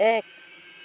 এক